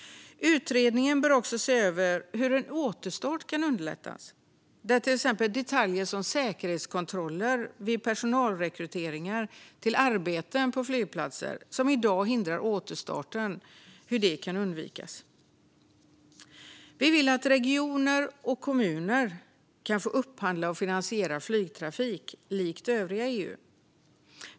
Utredningen bör också se över hur en återstart kan underlättas, till exempel genom att detaljer som säkerhetskontroller vid personalrekrytering till arbeten på flygplatser, något som i dag hindrar återstarten, kan undvikas. Vi vill att regioner och kommuner ska få upphandla och finansiera flygtrafik likt i övriga EU.